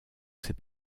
ses